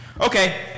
Okay